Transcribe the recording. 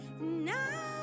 Now